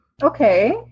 Okay